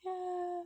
yeah